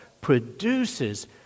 produces